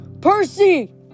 Percy